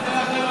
אל תרחם עליי.